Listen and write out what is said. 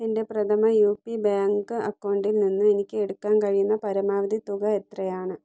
എൻ്റെ Prathama U P bank അക്കൗണ്ടിൽ നിന്ന് എനിക്ക് എടുക്കാൻ കഴിയുന്ന പരമാവധി തുക എത്രയാണ്